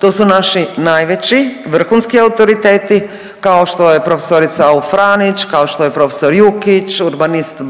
to su naši najveći, vrhunski autoriteti, kao što je profesorica .../Govornik se ne razumije./... kao što je profesor Jukić, urbanist